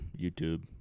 YouTube